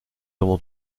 avons